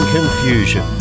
Confusion